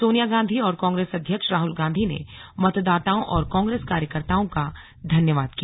सोनिया गांधी और कांग्रेस अध्यक्ष राहुल गांधी ने मतदाताओं और कांग्रेस कार्यकर्ताओं का धन्यवाद किया